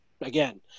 again